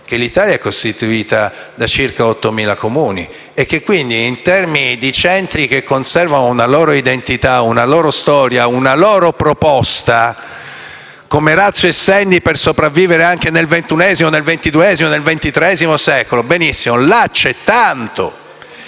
che l'Italia è costituita da circa 8.000 Comuni e che, quindi, in termini di centri che conservano una loro identità, una loro storia e una loro proposta come *ratio essendi* per sopravvivere anche nel XXI, XXII e XXIII secolo, c'è tanto